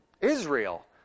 Israel